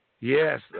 Yes